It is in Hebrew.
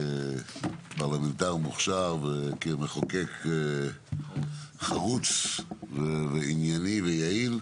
כפרלמנטר מוכשר כמחוקק חרוץ וענייני ויעיל,